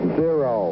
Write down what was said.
zero